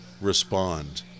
respond